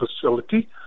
facility